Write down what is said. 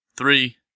Three